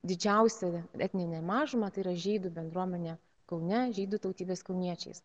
didžiausia etnine mažuma tai yra žydų bendruomenė kaune žydų tautybės kauniečiais